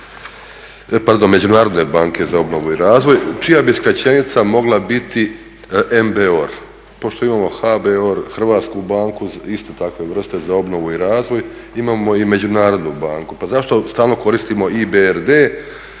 Međunarodne banke za obnovu i razvoj čija bi skraćenica mogla biti MBOR. Pošto imamo HBOR, Hrvatsku banku iste takve vrste za obnovu i razvoj, imamo i Međunarodnu banku pa zašto stalno koristimo IBRD